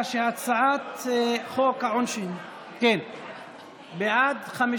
ההצעה להעביר את הצעת חוק העונשין (תיקון מס'